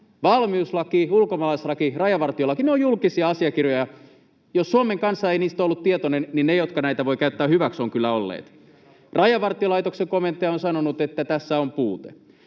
Valmiuslaki, ulkomaalaislaki, rajavartiolaki — ne ovat julkisia asiakirjoja. Jos Suomen kansa ei niistä ollut tietoinen, niin ne, jotka näitä voivat käyttää hyväksi, ovat kyllä olleet. Rajavartiolaitoksen komentaja on sanonut, että tässä on puute.